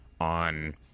on